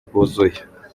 bwuzuye